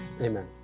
Amen